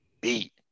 beat